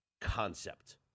concept